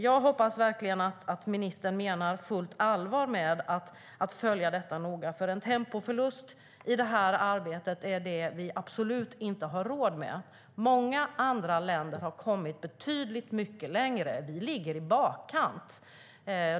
Jag hoppas verkligen att ministern på fullt allvar avser att följa detta noga, för en tempoförlust i arbetet har vi absolut inte råd med. Många andra länder har kommit betydligt längre. Vi ligger i bakkant.